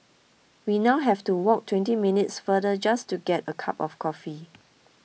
we now have to walk twenty minutes farther just to get a cup of coffee